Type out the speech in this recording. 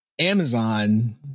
Amazon